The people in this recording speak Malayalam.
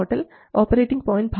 VDS ഓപ്പറേറ്റിംഗ് പോയൻറ് ഭാഗം 4